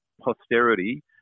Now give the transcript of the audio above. posterity